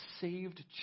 saved